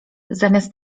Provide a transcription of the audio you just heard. zamiast